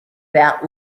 that